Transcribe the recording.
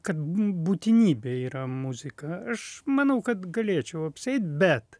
kad bm būtinybė yra muzika aš manau kad galėčiau apsieit bet